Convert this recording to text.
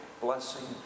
blessing